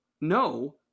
No